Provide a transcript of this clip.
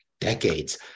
decades